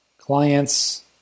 clients